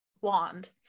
wand